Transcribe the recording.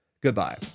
Goodbye